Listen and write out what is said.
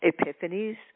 epiphanies